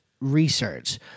research